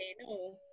no